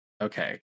Okay